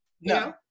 No